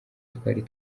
twari